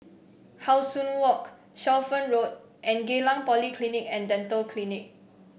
How Sun Walk Shelford Road and Geylang Polyclinic and Dental Clinic